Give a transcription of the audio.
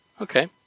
Okay